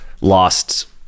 lost